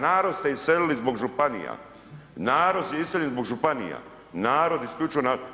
Narod ste iselili zbog županija, narod je iseljen zbog županija, narod, isključivo narod.